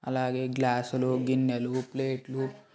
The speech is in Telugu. అలాగే గ్లాసులు గిన్నెలు ప్లేట్లు